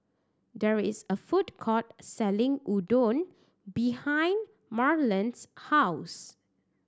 there is a food court selling Udon behind Marland's house